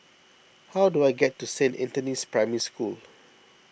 how do I get to Saint Anthony's Primary School